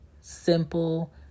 simple